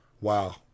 Wow